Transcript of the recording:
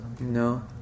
No